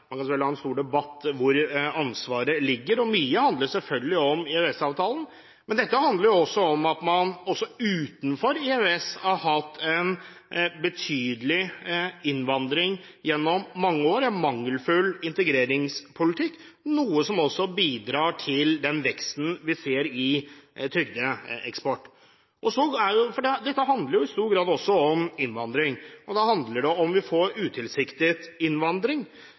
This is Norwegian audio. Man kan selvfølgelig ha en stor debatt om hvor ansvaret ligger, og mye handler selvfølgelig om EØS-avtalen, men dette handler om at man også utenfor EØS har hatt en betydelig innvandring gjennom mange år og en mangelfull integreringspolitikk – noe som også bidrar til den veksten vi ser i trygdeeksport. Dette handler i stor grad også om innvandring, og da handler det om hvorvidt vi får utilsiktet innvandring.